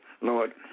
Lord